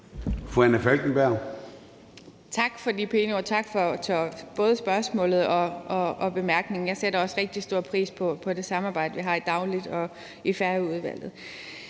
Anna Falkenberg (SP): Tak for de pæne ord. Tak for både spørgsmålet og bemærkningen. Jeg sætter også rigtig stor pris på det samarbejde, vi har dagligt og i Færøudvalget.